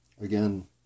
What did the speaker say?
again